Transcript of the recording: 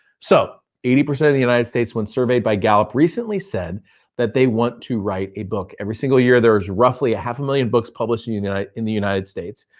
so, eighty percent of the united states when surveyed by gallup recently said that they want to write a book. every single year there's roughly half a million books published in you know in the united states.